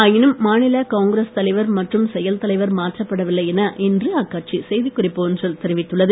ஆயினும் மாநில காங்கிரஸ் தலைவர் மற்றும் செயல் தலைவர் மாற்றப்பட வில்லை என இன்று அக்கட்சி செய்திக் குறிப்பு ஒன்றில் தெரிவித்துள்ளது